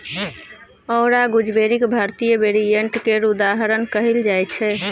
औरा गुजबेरीक भारतीय वेरिएंट केर उदाहरण कहल जाइ छै